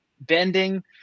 bending